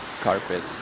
carpet